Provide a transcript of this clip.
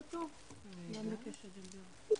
שמעתי רק את הסוף שלו, אני מתנצל.